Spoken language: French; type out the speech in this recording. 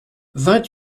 vingt